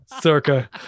circa